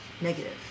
negative